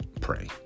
pray